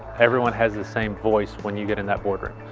everyone has the same voice when you get in that board room.